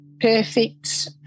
perfect